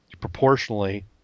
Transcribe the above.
proportionally